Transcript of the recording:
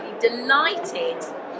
delighted